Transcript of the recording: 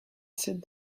cette